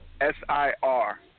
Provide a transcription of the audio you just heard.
S-I-R